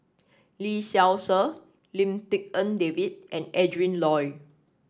Lee Seow Ser Lim Tik En David and Adrin Loi